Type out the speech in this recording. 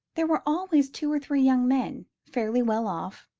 there were always two or three young men, fairly well-off,